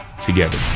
together